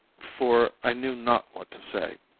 for i knew not what to say,